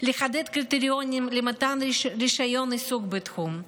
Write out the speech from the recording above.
לחדד קריטריונים למתן רישיון עיסוק בתחום,